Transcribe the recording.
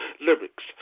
lyrics